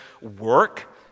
work